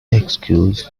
exhausted